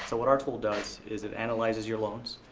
so what our tool does is it analyzes your loans.